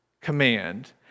command